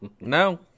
No